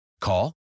Call